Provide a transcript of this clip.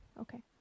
Okay